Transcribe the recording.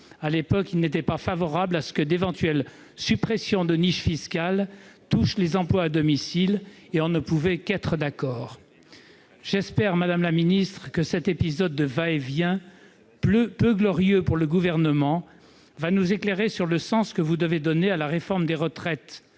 qu'il n'était pas favorable à l'éventuelle suppression de niches fiscales en faveur des emplois à domicile. On ne peut qu'être d'accord. J'espère, madame la ministre, que cet épisode de va-et-vient, peu glorieux pour le Gouvernement, vous éclairera sur le sens que vous devez donner à la réforme des retraites